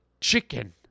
chicken